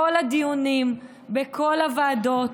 כל הדיונים בכל הוועדות,